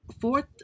fourth